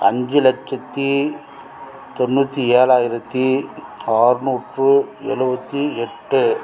அஞ்சு லட்சத்து தொண்ணூற்றி ஏழாயிரத்தி ஆறுநூற்று எழுவத்தி எட்டு